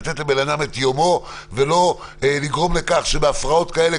לתת לבן אדם את יומו ולא לגרום לכך שבהפרעות כאלה,